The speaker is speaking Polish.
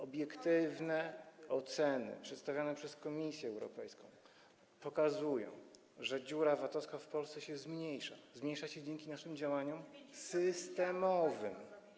Obiektywne oceny przedstawione przez Komisję Europejską pokazują, że dziura VAT-owska w Polsce się zmniejsza, zmniejsza się dzięki naszym działaniom systemowym.